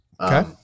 Okay